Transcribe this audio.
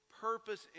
purpose